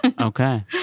Okay